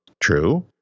true